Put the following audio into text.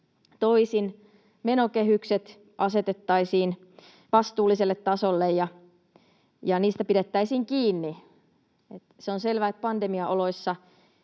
toisin. Menokehykset asetettaisiin vastuulliselle tasolle ja niistä pidettäisiin kiinni. Se on selvä, että pandemiaoloissa